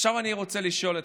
עכשיו אני רוצה לשאול אתכם,